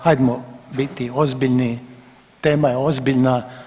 Hajmo biti ozbiljni, tema je ozbiljna.